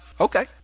okay